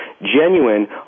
genuine